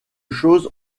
choses